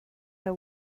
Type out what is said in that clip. her